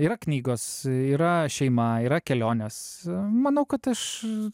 yra knygos yra šeima yra kelionės manau kad aš